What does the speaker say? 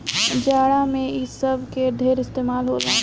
जाड़ा मे इ सब के ढेरे इस्तमाल होला